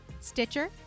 Stitcher